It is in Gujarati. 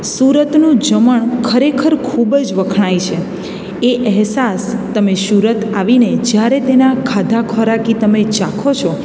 સુરતનું જમણ ખરેખર ખૂબ જ વખણાય છે એ અહેસાસ તમે સુરત આવીને જ્યારે તેનાં ખાધા ખોરાકી તમે ચાખો છો